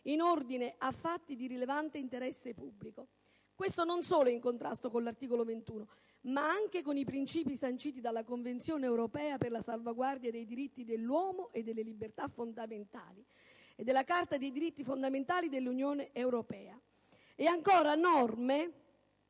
in ordine a fatti di rilevante interesse pubblico. Questo non solo è in contrasto con l'articolo 21 della Costituzione, ma anche con i principi sanciti dalla Convenzione europea per la salvaguardia dei diritti dell'uomo e delle libertà fondamentali e dalla Carta dei diritti fondamentali dell'Unione europea. E, ancora, vi